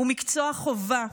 הוא מקצוע חובה.